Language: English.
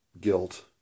guilt